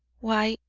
why,